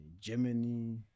Germany